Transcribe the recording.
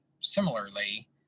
similarly